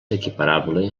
equiparable